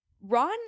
Ron